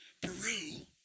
Peru